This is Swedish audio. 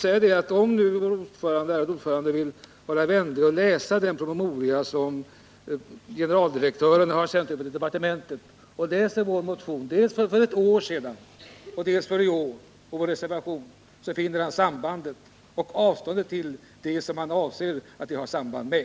Om utskottsordföranden vill läsa den promemoria som generaldirektören har sänt till departementet, och om han också vill läsa vår motion för ett år sedan och vår motion i år kommer han att finna sambandet.